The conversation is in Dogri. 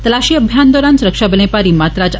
तलाशी अभियान दौरान सुरक्षाबलें भारी मात्रा च दिता